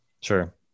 Sure